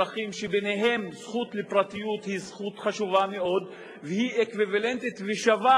לפענח פשעים, וזה